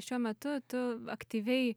šiuo metu tu aktyviai